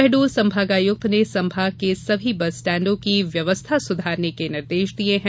शहडोल संभागायुक्त ने संभाग के सभी बस स्टैण्डों की व्यवस्था सुधारने के निर्देश दिये हैं